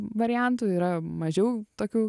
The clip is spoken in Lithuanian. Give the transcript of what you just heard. variantų yra mažiau tokių